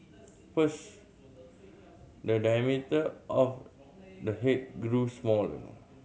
first the diameter of the head grew smaller